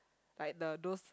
like the those